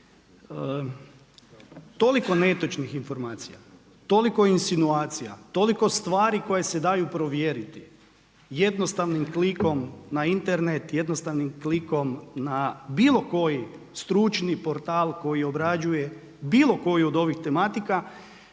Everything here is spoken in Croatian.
Toliko netočnih informacija, toliko insinuacija, toliko stvari koje se daju provjeriti, jednostavnim klikom na Internet, jednostavnim klikom na bilo koji stručni portal koji obrađuje bilo koji od ovih tematika,